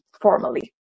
formally